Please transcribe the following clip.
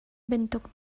bantuk